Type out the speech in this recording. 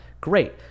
great